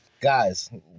guys